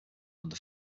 under